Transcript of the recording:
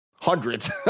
hundreds